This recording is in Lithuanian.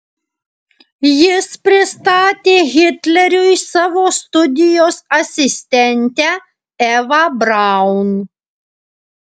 jis pristatė hitleriui savo studijos asistentę evą braun